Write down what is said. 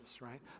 right